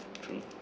true